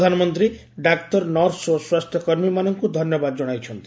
ପ୍ରଧାନମନ୍ତ୍ରୀ ଡାକ୍ତର ନର୍ସ ଓ ସ୍ୱାସ୍ଥ୍ୟ କର୍ମୀମାନଙ୍କୁ ଧନ୍ୟବାଦ ଜଣାଇଛନ୍ତି